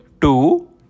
Two